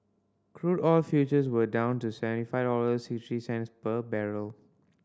crude oil futures were down to seven five dollars six three cents per barrel